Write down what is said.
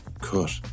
cut